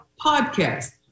podcast